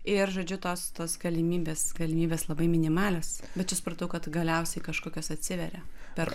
ir žodžiu tos tos galimybės galimybės labai minimalios bet čia supratau kad galiausiai kažkokios atsiveria per